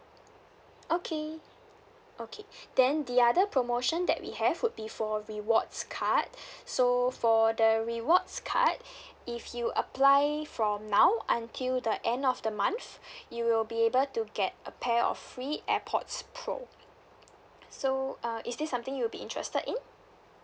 okay okay then the other promotion that we have would be for rewards card so for the rewards card if you apply the from now until the end of the month you will be able to get a pair of free airpods pro so uh is this something you'll be interested in